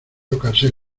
tocarse